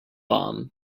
bomb